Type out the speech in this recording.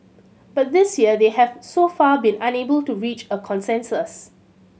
but this year they have so far been unable to reach a consensus